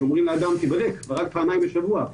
כאשר אומרים לאדם תיבדק ורק פעמיים בשבוע,